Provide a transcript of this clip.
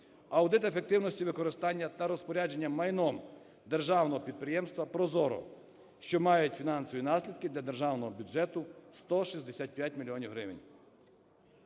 Аудит ефективності використання та розпорядження майном державного підприємства ProZorro, що мають фінансові наслідки для державного бюджету, – 165 мільйонів